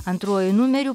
antruoju numeriu